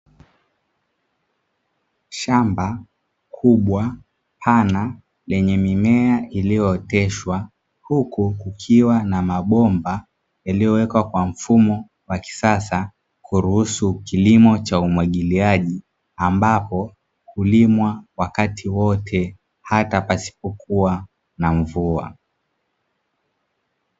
Shamba kubwa pana lenye mimea iliyooteshwa huku kukiwa na mabomba yaliyowekwa kwa mfumo wa kisasa kuruhusu kilimo cha umwagiliaji, ambapo hulimwa wakati wote hata pasipokuwa na mvua.